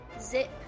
zip